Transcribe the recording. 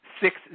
six